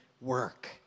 work